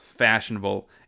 Fashionable